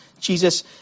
Jesus